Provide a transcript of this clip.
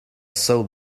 sold